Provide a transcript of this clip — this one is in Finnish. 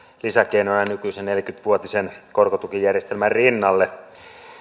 lisäkeinona nykyisen neljäkymmentä vuotisen korkotukijärjestelmän rinnalle